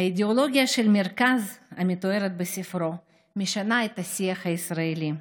האידיאולוגיה של המרכז המתוארת בספרו משנה את השיח הישראלי.